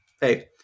hey